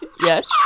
Yes